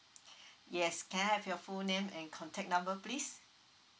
yes can I have your full name and contact number please